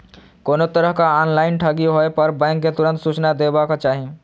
कोनो तरहक ऑनलाइन ठगी होय पर बैंक कें तुरंत सूचना देबाक चाही